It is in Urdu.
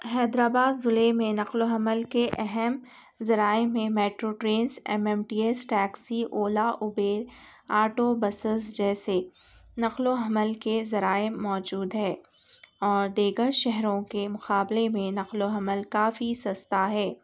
حیدر آباد ضلع میں نخل و حمل کے اہم ذرائع میں metro trains M M T S taxi Ola Uber auto buses جیسے نقل و حمل کے ذرائع موجود ہے اور دیگر شہروں کے مقابلے میں نخل و حمل کافی سستا ہے